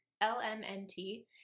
L-M-N-T